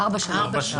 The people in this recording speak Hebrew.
ארבע שנים.